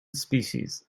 species